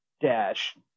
dash